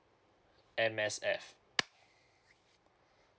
M_S_F